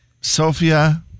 Sophia